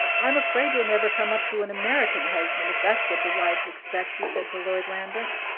i'm afraid you'll never come up to an american husband, if that's what the wives expect, he said to lord lambeth.